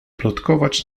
plotkować